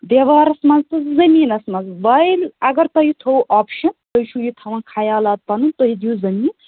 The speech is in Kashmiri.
دیوارس منٛز تہِ زمیٖنس منٛز وۄنۍ اگر تۄہہِ تھوٚو اۄپشن تُہۍ چھُو یہِ تھاوان خیالات پَنُن تُہۍ دِیو زمیٖن